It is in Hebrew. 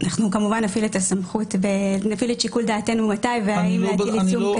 אנחנו כמובן נפעיל את שיקול דעתנו מתי והאם להטיל עיצום כספי.